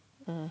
mm